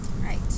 Right